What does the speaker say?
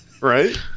right